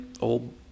old